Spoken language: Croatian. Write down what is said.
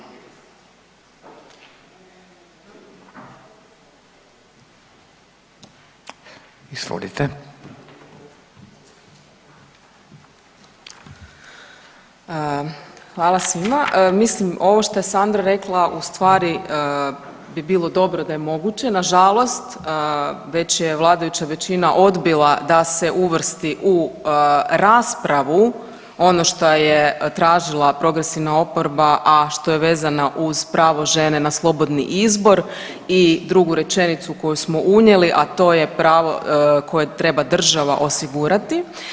Hvala svima, mislim ovo što je Sandra rekla u stvari bi bilo dobro da je moguće, nažalost već je vladajuća većina odbila da se uvrsti u raspravu ono šta je tražila progresivna oporba, a što je vezano uz pravo žene na slobodni izbor i drugu rečenicu koju smo unijeli, a to je pravo koje treba država osigurati.